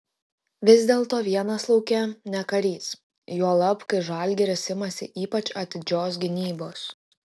vis dėlto vienas lauke ne karys juolab kai žalgiris imasi ypač atidžios gynybos